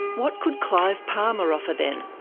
what could clive palmer offer, then?